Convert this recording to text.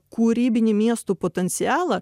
kūrybinį miestų potencialą